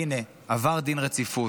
הינה, עבר דין רציפות.